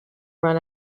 run